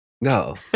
No